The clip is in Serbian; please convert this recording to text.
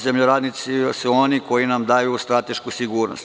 Zemljoradnici su oni koji nam daju stratešku sigurnost.